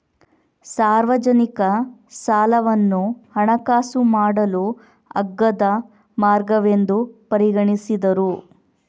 ಸಾರ್ವಜನಿಕ ಸಾಲವನ್ನು ಹಣಕಾಸು ಮಾಡಲು ಅಗ್ಗದ ಮಾರ್ಗವೆಂದು ಪರಿಗಣಿಸಿದರು